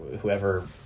whoever